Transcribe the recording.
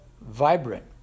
vibrant